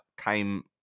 came